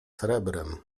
srebrem